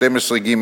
12(ג),